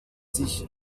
sich